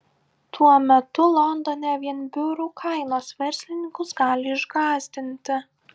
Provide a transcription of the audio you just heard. tuo metu londone vien biurų kainos verslininkus gali išgąsdinti